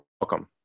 welcome